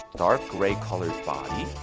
dark grey color body!